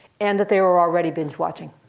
and that they were already binge watching.